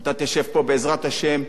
אתה תשב פה, בעזרת השם,